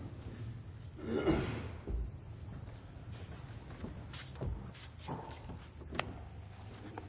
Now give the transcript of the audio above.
ble